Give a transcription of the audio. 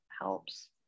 helps